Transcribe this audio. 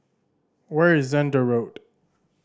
where is Zehnder Road